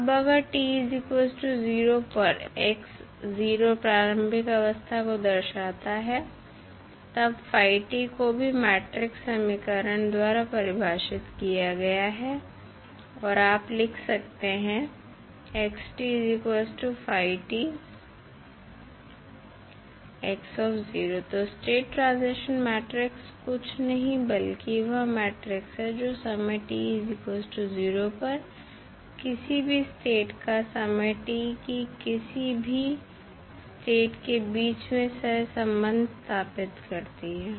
अब अगर पर प्रारंभिक अवस्था को दर्शाता है तब को भी मैट्रिक्स समीकरण द्वारा परिभाषित किया गया है और आप लिख सकते हैं तो स्टेट ट्रांजिशन मैट्रिक्स कुछ नहीं बल्कि वह मैट्रिक्स है जो समय पर किसी भी स्टेट का समय t की किसी भी स्टेट के बीच में सह सम्बन्ध स्थापित करती है